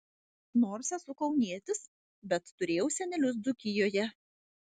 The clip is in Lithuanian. nors esu kaunietis bet turėjau senelius dzūkijoje